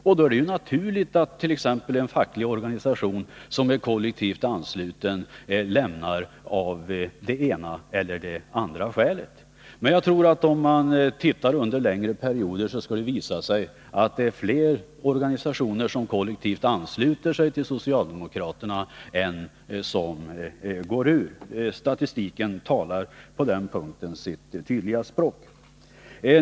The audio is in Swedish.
Och då är det naturligt om någon facklig organisation som är kollektivansluten lämnar partiet av det ena eller andra skälet. Men om vi ser på längre perioder tror jag att det visar sig att det är fler organisationer som kollektivansluter sig till socialdemokraterna än som går ur partiet. Statistiken talar på den punkten sitt tydliga språk.